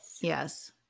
Yes